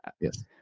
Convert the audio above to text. Yes